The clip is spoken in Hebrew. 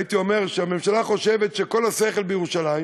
הייתי אומר שהממשלה חושבת שכל השכל בירושלים,